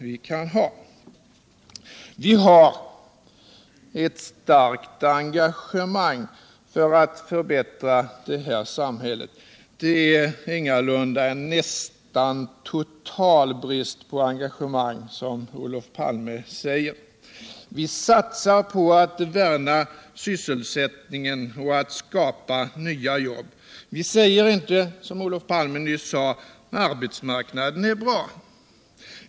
Vi har ett starkt engagemang när det gäller att förbättra detta samhälle. Det råder ingalunda en ”nästan total brist på engagemang”, som Olof Palme uttryckte sig. Vi satsar på att värna om sysselsättningen och skapa nya jobb. Vi säger inte som Oiof Palme nyss att arbetsmarknaden är bra.